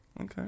Okay